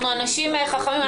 אנחנו אנשים חכמים,